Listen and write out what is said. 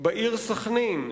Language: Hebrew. בעיר סח'נין,